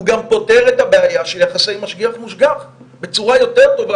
הוא גם פותר את הבעיה של יחסי משגיח-מושגח בצורה יותר טובה.